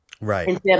Right